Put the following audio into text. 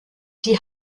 die